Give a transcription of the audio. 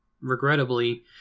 regrettably